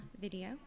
video